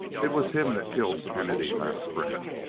it was him that killed kennedy last spring.